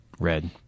Red